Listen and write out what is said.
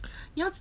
你要